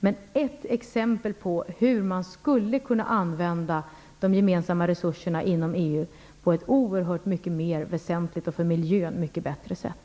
Men det är ett exempel på hur man skulle kunna använda de gemensamma resurserna inom EU på ett oerhört mycket mer för miljön väsentligt bättre sätt.